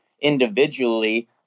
individually